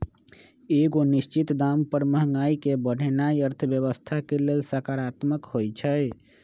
एगो निश्चित दाम पर महंगाई के बढ़ेनाइ अर्थव्यवस्था के लेल सकारात्मक होइ छइ